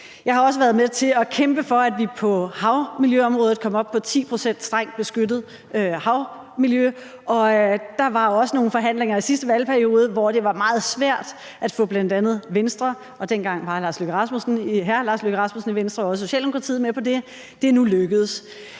Jeg har også været med til at kæmpe for, at vi på havmiljøområdet kom op på 10 pct. strengt beskyttet havmiljø, og der var også nogle forhandlinger i sidste valgperiode, hvor det var meget svært at få bl.a. Venstre – dengang var hr. Lars Løkke Rasmussen i Venstre – og Socialdemokratiet med på det. Det er nu lykkedes.